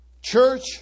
church